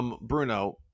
Bruno